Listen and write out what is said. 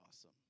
awesome